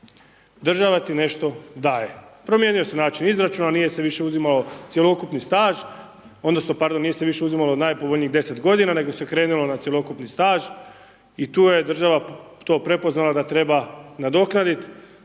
država ti nešto daje, promijenio se način izračuna, nije se više uzimao cjelokupni staž, odnosno pardon nije se više uzimalo od najpovoljnijih 10 godina nego se krenulo na cjelokupni staž i tu je država to prepoznala da treba nadoknaditi,